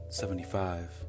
seventy-five